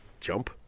Jump